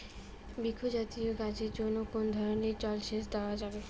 বৃক্ষ জাতীয় গাছের জন্য কোন ধরণের জল সেচ দেওয়া যাবে?